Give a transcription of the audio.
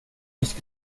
nicht